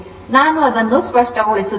ಆದ್ದರಿಂದ ನಾನು ಅದನ್ನು ಸ್ಪಷ್ಟಗೊಳಿಸುತ್ತೇನೆ